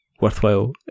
worthwhile